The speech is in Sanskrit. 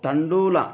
तण्डुलं